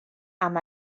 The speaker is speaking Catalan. amb